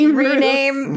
rename